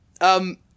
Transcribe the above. Um-